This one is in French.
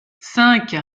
cinq